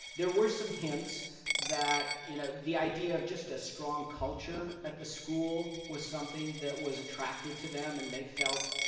there were some hints that, you know, the idea of just a strong culture at the school was something that was attractive to them and they felt,